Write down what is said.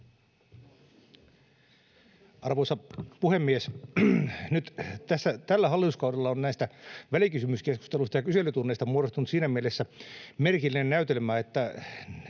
Arvoisa puhemies! Nyt tällä hallituskaudella on näistä välikysy-myskeskusteluista ja kyselytunneista muodostunut siinä mielessä merkillinen näytelmä,